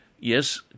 Yes